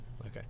Okay